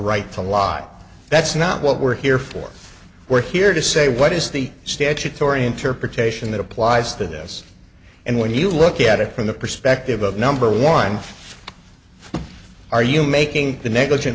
live that's not what we're here for we're here to say what is the statutory interpretation that applies to this and when you look at it from the perspective of number one are you making the negligent